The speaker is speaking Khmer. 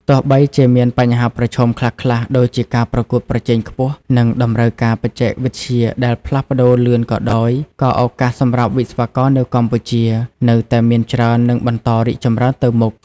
ទោះបីជាមាន បញ្ហាប្រឈមខ្លះៗដូចជាការប្រកួតប្រជែងខ្ពស់ និងតម្រូវការបច្ចេកវិទ្យាដែលផ្លាស់ប្ដូរលឿនក៏ដោយក៏ឱកាសសម្រាប់វិស្វករនៅកម្ពុជានៅតែមានច្រើននិងបន្តរីកចម្រើនទៅមុខ។